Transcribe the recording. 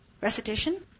Recitation